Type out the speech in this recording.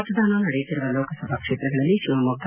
ಮತದಾನ ನಡೆಯುತ್ತಿರುವ ಲೋಕಸಭಾ ಕ್ಷೇತ್ರಗಳಲ್ಲಿ ಶಿವಮೊಗ್ಗ